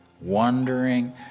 wandering